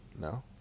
No